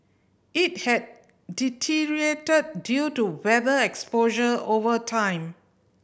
it had deteriorated due to weather exposure over time